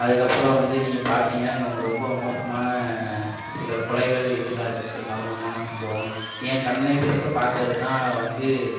அதுக்கு அப்பறம் வந்து நீங்கள் பார்த்தீங்கனா இங்கே ரொம்ப மோசமான சில கொலைகள் இதுலாம் இருக்குது மர்மமான சம்பவம் என் கண் எதிர்க்க பார்த்ததுனா வந்து